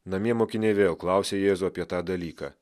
namie mokiniai vėl klausė jėzų apie tą dalyką